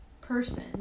person